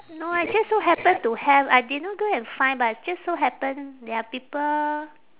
no I just so happened to have I did not go and find but it's just so happened there are people